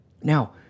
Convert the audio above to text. Now